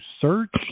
search